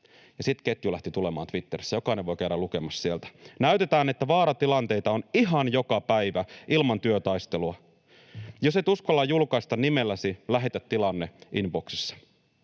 sitten ketju lähti tulemaan Twitterissä. Jokainen voi käydä lukemassa sieltä. ”Näytetään, että vaaratilanteita on ihan joka päivä ilman työtaistelua. Jos et uskalla julkaista nimelläsi, lähetä tilanne inboxissa.”